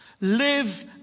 Live